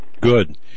Good